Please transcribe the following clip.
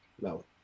No